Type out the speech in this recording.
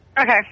Okay